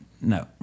no